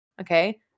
Okay